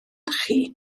chi